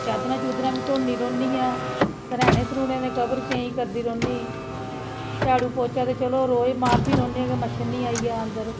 चादरां चुदरां बी धोंदी रौह्नियां सर्हैने सर्हूनें दे कवर चेंज करदी रौह्नीं झाड़ू पोच्चा ते चलो रोज मारदी रौह्न्नीं कि मच्छर नीं आई जा अंदर